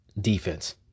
defense